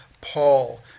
Paul